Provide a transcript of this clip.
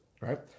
right